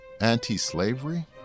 Anti-slavery